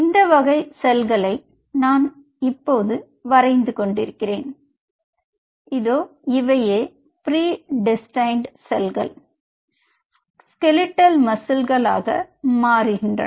இந்த வகை செல்களை நான் இப்போது வரைந்து கொண்டிருக்கிறேன் இவையே ப்ரீ டெஸ்டைன்ட் செல்கள் ஸ்கெலிடல் மசில்களாக மாறுகின்றன